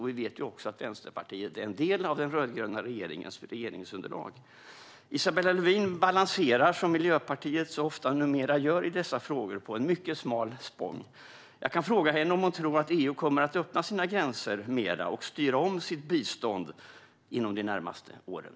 Vi vet att Vänsterpartiet är en del av den rödgröna regeringens regeringsunderlag. Isabella Lövin balanserar, som Miljöpartiet så ofta numera gör i dessa frågor, på en mycket smal spång. Jag kan fråga henne om hon tror att EU kommer att öppna sina gränser mer och styra om sitt bistånd inom de närmaste åren.